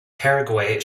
paraguay